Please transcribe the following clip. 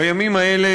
בימים האלה,